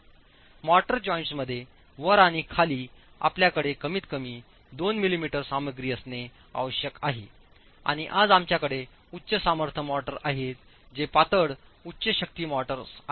mortar जॉइंटमध्ये वर आणि खाली आपल्याकडे कमीतकमी 2 मिलीमीटर सामग्री असणे आवश्यक आहे आणि आज आमच्याकडे उच्च सामर्थ्य मोर्टार आहेत जे पातळ उच्च शक्ती मोटर्स आहेत